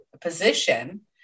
position